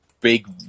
big